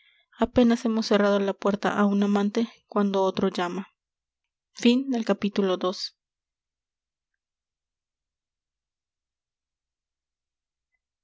apenas hemos cerrado la puerta á un amante cuando otro llama